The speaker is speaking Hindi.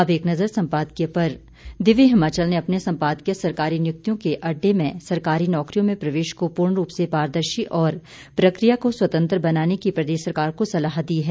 अब एक नजर संपादकीय पर दिव्य हिमाचल ने अपने संपादकीय सरकारी नियुक्तियों के अड्डे में सरकारी नौकरियों में प्रवेश को पूर्णरूप से पारदर्शी और प्रकिया को स्वतंत्र बनाने की प्रदेश सरकार को सलाह दी है